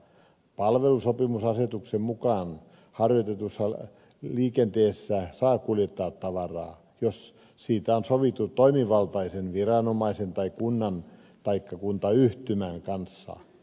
palvelusopimusasetuksen mukaan harjoitetussa liikenteessä saa kuljettaa tavaraa jos siitä on sovittu toimivaltaisen viranomaisen tai kunnan taikka kuntayhtymän kanssa